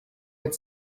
with